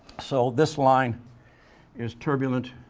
so, this line is turbulent